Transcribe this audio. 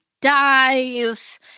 dies